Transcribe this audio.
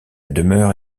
demeure